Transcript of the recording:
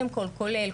קודם כול,